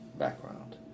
background